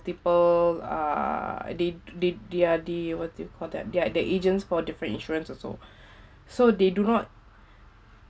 multiple uh they they they are the what do you call that they are the agents for different insurance also so they do not